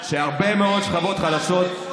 שהרבה מאוד שכבות חלשות,